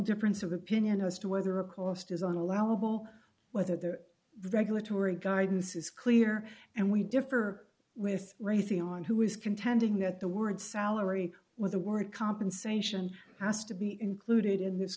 difference of opinion as to whether a cost is on allowable whether their regulatory guidance is clear and we differ with raytheon who is contending that the word salary with the word compensation has to be included in this